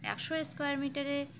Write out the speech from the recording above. একশো স্কোয়ার মিটারে